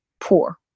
poor